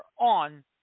on